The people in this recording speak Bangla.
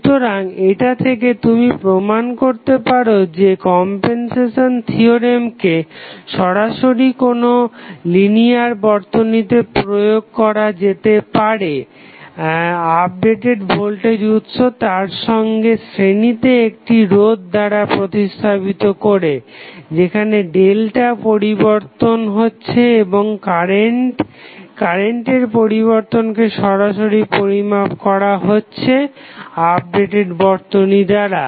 সুতরাং এটা থেকে তুমি প্রমান করতে পারো যে কমপেনসেশন থিওরেমকে সরাসরি কোনো লিনিয়ার বর্তনীতে প্রয়োগ করা যেতে পারে আপডেটেড ভোল্টেজ উৎস তার সঙ্গে শ্রেণিতে একটি রোধ দ্বারা প্রতিস্থাপিত করে যেখানে Δ পরিবর্তন হচ্ছে এবং কারেন্টের পরিবর্তনকে সরাসরি পরিমাপ করা হচ্ছে আপডেটেড বর্তনী দ্বারা